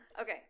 Okay